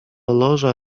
loża